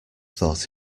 thought